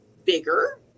bigger